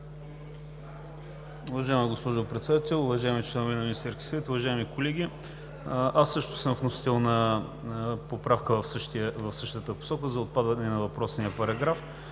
Уважаема госпожо Председател, уважаеми членове на Министерския съвет, уважаеми колеги! Аз също съм вносител на поправка в същата посока – за отпадане на въпросния параграф.